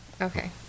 Okay